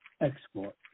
export